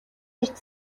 эрт